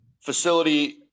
facility